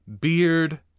Beard